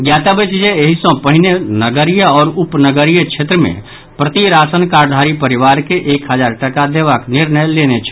ज्ञातव्य अछि जे एहि सॅ पहिने नगरीय आओर उप नगरीय क्षेत्र मे प्रति राशन कार्डधारी परिवार के एक हजार टाका देबाक निर्णय लेने छल